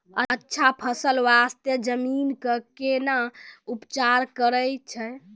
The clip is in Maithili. अच्छा फसल बास्ते जमीन कऽ कै ना उपचार करैय छै